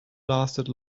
lasted